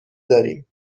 داریم